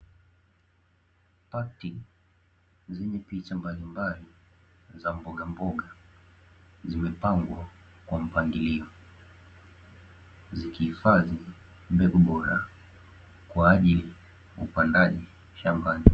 Pakiti zenye picha mbalimbali za mbogamboga zimepangwa kwa mpangilio, zikihifadhi mbegu bora kwa ajili ya upandaji shambani.